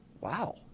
wow